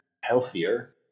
healthier